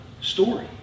story